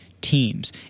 teams